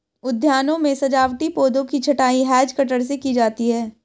उद्यानों में सजावटी पौधों की छँटाई हैज कटर से की जाती है